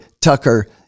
Tucker